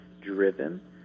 driven